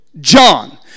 John